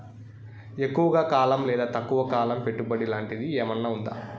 ఎక్కువగా కాలం లేదా తక్కువ కాలం పెట్టుబడి లాంటిది ఏమన్నా ఉందా